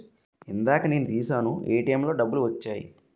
ఇందాక నేను తీశాను ఏటీఎంలో డబ్బులు వచ్చాయి